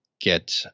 get